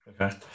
Okay